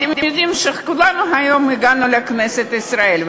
אתם יודעים שכולנו הגענו היום לכנסת ישראל,